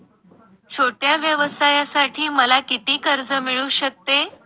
छोट्या व्यवसायासाठी मला किती कर्ज मिळू शकते?